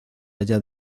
allá